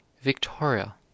Victoria